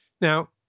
Now